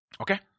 Okay